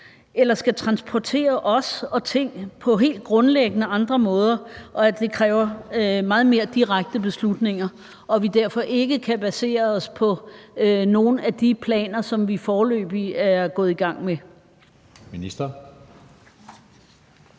eller skal transportere os og ting på helt grundlæggende andre måder, og at det kræver meget mere direkte beslutninger, og at vi derfor ikke kan basere os på nogen af de planer, som vi foreløbig er gået i gang med? Kl.